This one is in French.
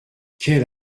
quelle